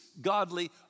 godly